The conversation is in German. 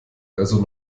also